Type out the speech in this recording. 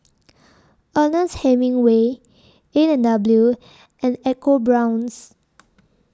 Ernest Hemingway A and W and EcoBrown's